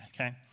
Okay